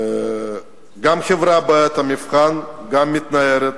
גם החברה, בעת מבחן, מתנערת